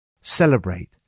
Celebrate